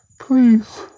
Please